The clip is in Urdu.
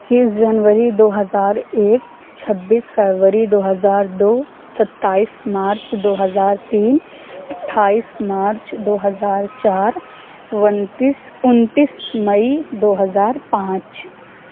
پچیس جنوری دو ہزار ایک چھبیس فروری دو ہزار دو ستائیس مارچ دو ہزار تین اٹھائیس مارچ دو ہزار چار ونتیس انتیس مئی دو ہزار پانچ